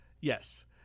Yes